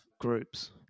groups